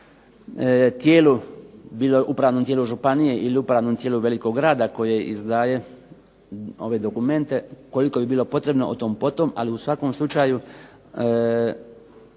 tijelu, bilo upravnom tijelu županije ili upravnom tijelu velikog grada koje izdaje ove dokumente koliko bi bilo potrebno o tom po tom. Ali u svakom slučaju